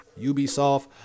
ubisoft